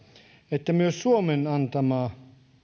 että myös suomen antamaa